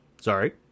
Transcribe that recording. Sorry